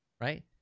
right